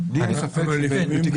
הזה.